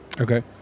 Okay